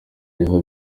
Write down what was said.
byaba